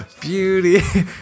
Beauty